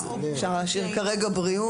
אז אפשר להשאיר כרגע בריאות.